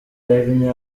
yamye